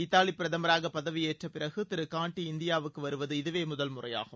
Italy பிரதமராக பதவியேற்ற பிறகு திரு கான்ட்டி இந்தியாவுக்கு வருவது இதுவே முதல் முறையாகும்